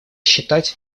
считать